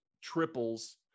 triples